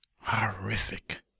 Horrific